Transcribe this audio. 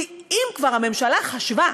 כי אם כבר הממשלה חשבה,